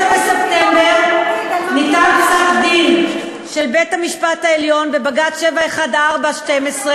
ב-16 בספטמבר ניתן פסק-דין של בית-המשפט העליון בבג"ץ 7146/12,